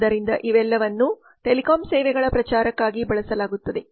ಆದ್ದರಿಂದ ಇವೆಲ್ಲವನ್ನೂ ಟೆಲಿಕಾಂ ಸೇವೆಗಳ ಪ್ರಚಾರಕ್ಕಾಗಿ ಬಳಸಲಾಗುತ್ತದೆ